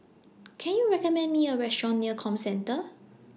Can YOU recommend Me A Restaurant near Comcentre